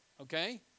Okay